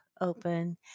open